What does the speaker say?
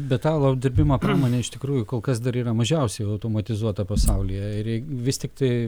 metalo apdirbimo pramonė iš tikrųjų kol kas dar yra mažiausiai automatizuota pasaulyje ir vis tiktai